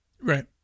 Right